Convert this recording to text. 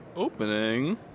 Opening